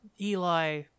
Eli